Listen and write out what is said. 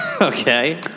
Okay